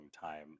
time